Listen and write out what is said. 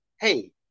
hey